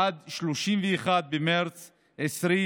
עד 31 במרס 2021,